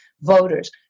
voters